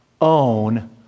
own